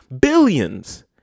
billions